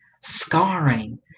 scarring